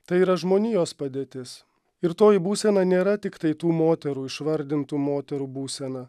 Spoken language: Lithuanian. tai yra žmonijos padėtis ir toji būsena nėra tiktai tų moterų išvardintų moterų būsena